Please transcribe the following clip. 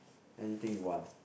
anything you want